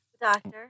Doctor